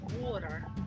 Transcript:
water